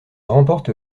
remporte